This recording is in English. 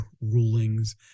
rulings